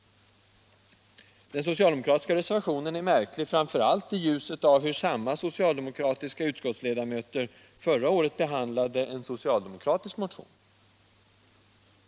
Den socialdemokratiska reservationen är märklig, framför allt i ljuset av hur samma socialdemokratiska ledamöter förra året behandlade en socialdemokratisk motion.